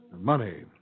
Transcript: money